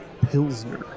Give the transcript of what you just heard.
Pilsner